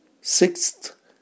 Sixth